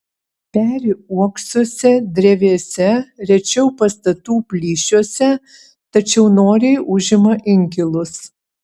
peri uoksuose drevėse rečiau pastatų plyšiuose tačiau noriai užima inkilus